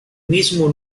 mismo